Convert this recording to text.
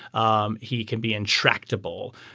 um he can be intractable.